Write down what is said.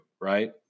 right